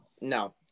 No